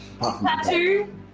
Tattoo